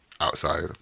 outside